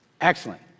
Excellent